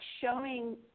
showing